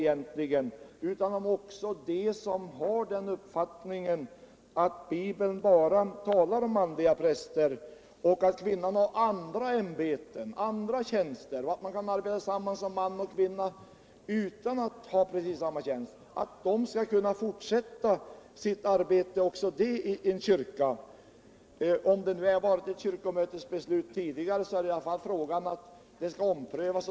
Det gäller nu dem som har den uppfattningen att Bibeln bara talar om manliga präster och att kvinnan kan ha andra ämbeten, andra tjänster, inom kyrkan — de anser att man kan arbeta tillsammans inom kyrkan som man och kvinna utan att ha precis samma tjänst. Resonemanget gäller om de som har den uppfattningen skall kunna fortsätta sitt arbete inom kyrkan. Även om det nu har fattats ett kyrkomötesbeslut i den här frågan, så skall den ju omprövas.